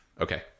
okay